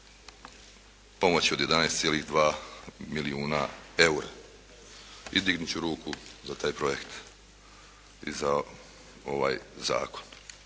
pomoći od 11,2 milijuna eura i dignut ću ruku za taj projekt i za ovaj zakon.